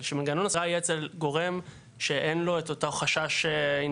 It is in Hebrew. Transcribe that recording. אבל שמנגנון הספירה יהיה אצל גורם שאין לו את אותו חשש אינהרנטי.